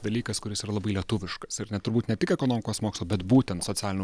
dalykas kuris yra labai lietuviškas ir net turbūt ne tik ekonomikos mokslo bet būtent socialinių